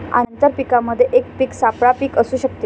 आंतर पीकामध्ये एक पीक सापळा पीक असू शकते